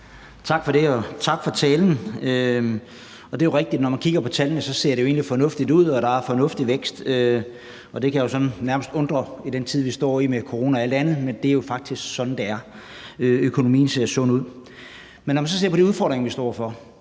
Tak for det, og tak for talen. Det er jo rigtigt, at det, når man kigger på tallene, egentlig ser fornuftigt ud, og at der er en fornuftig vækst. Det kan jo nærmest undre i den tid, vi står i, med corona og alt andet, men det er faktisk sådan, det er. Økonomien ser sund ud. Men når man så ser på de udfordringer, vi står over